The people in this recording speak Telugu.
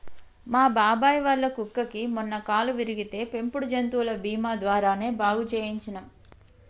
మా బాబాయ్ వాళ్ళ కుక్కకి మొన్న కాలు విరిగితే పెంపుడు జంతువుల బీమా ద్వారానే బాగు చేయించనం